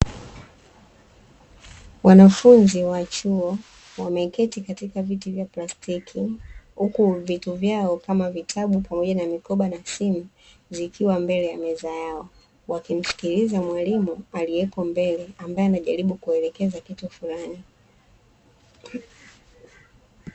Wanafunzi wa chuo wameketi katika viti vya plastiki huku vitu vyao kama vitabu pamoja na mikoba na simu zikiwa mbele ya meza yao, wakimsikiliza mwalimu aliyeko mbele ambae anajaribu kuelekeza kitu fulani.